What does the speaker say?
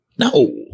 No